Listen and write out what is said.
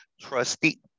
trustee